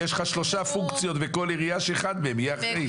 יש לך שלושה פונקציות בכל עירייה ושאחד מהם יהיה אחראי.